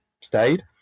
stayed